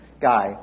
guy